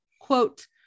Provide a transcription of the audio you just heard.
quote